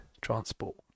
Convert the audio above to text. transport